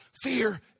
fear